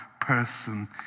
person